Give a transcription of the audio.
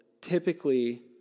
typically